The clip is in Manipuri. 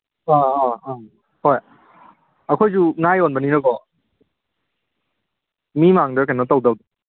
ꯑꯥ ꯑꯥ ꯑꯥ ꯍꯣꯏ ꯑꯩꯈꯣꯏꯁꯨ ꯉꯥ ꯌꯣꯟꯕꯅꯤꯅꯀꯣ ꯃꯤ ꯃꯥꯡꯗ ꯀꯩꯅꯣ ꯇꯧꯗ